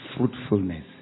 Fruitfulness